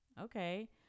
okay